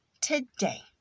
today